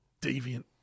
deviant